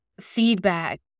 feedback